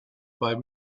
five